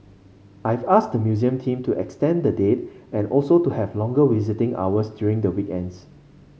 I've asked the museum team to extend the date and also to have longer visiting hours during the weekends